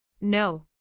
No